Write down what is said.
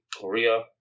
Korea